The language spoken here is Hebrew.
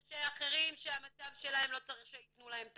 יש אחרים שהמצב שלהם לא צריך שיתנו להם את